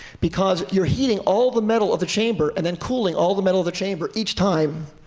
because you're heating all the metal of the chamber and then cooling all the metal of the chamber each time.